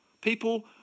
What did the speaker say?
People